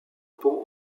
pont